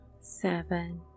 Seven